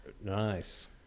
nice